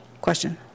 question